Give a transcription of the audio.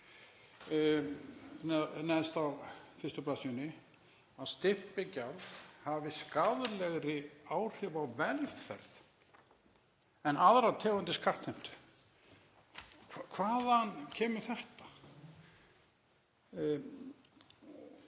neðst á fyrstu blaðsíðunni: „… að stimpilgjald hafi skaðlegri áhrif á velferð en aðrar tegundir skattheimtu.“ Hvaðan kemur þetta?